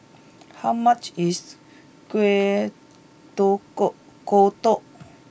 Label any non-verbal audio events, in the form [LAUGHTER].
how much is Kuih [UNINTELLIGIBLE] Kodok